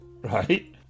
Right